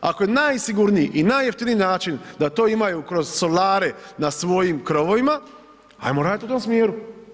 Ako je najsigurniji i najjeftiniji način da to imaju kroz solare na svojim krovovima, ajmo radit u tom smjeru.